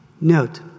Note